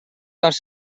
dels